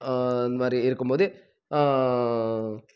இந்த மாதிரி இருக்கும் போது